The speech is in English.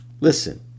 Listen